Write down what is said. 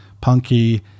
punky